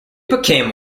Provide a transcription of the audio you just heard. became